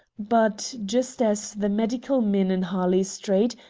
but, just as the medical men in harley street,